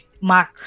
mark